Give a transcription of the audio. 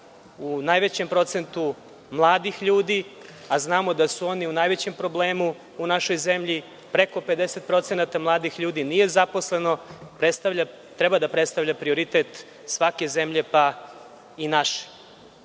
u najvećem procentu mladih ljudi, a znamo da su oni u najvećem problemu u našoj zemlji preko 50% mladih ljudi nije zaposleno, treba da predstavlja prioritet svake zemlje, pa i